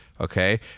Okay